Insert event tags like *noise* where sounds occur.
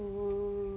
*noise*